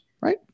right